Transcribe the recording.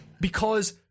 Because-